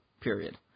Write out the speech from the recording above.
period